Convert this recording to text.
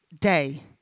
day